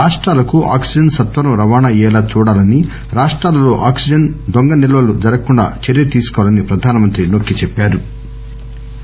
రాష్టాలకు ఆక్పిజన్ సత్వరం రవాణా అయ్యేలా చూడాలని రాష్టాలలో ఆక్సిజన్ దొంగ నిల్వలు జరగకుండా చర్య తీసుకోవాలని ప్రధానమంత్రి నొక్కి చెప్పారు